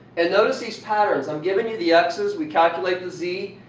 and notice these patterns. i am giving you the x's, we calculate the z